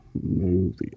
movie